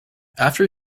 after